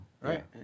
right